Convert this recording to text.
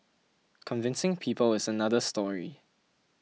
convincing people is another story